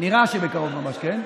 ונראה שבקרוב ממש כן.